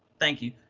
thank you.